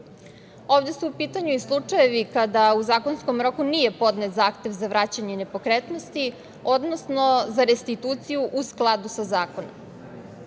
su u pitanju i slučajevi kada u zakonskom roku nije podnet zahtev za vraćanje nepokretnosti, odnosno za restituciju, u skladu sa zakonom. Treća